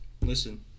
listen